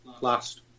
last